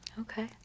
Okay